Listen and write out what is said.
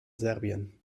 serbien